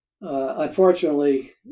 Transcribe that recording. unfortunately